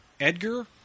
Edgar